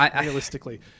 realistically